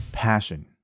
passion